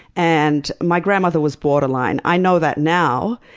and my grandmother was borderline. i know that now,